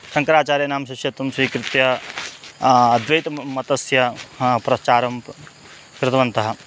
शङ्कराचार्यानां शिष्यत्वं स्वीकृत्य अद्वैत मतस्य प्रचारं कृतवन्तः